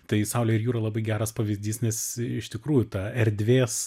tai saulė ir jūra labai geras pavyzdys nes iš tikrųjų ta erdvės